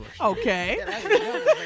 Okay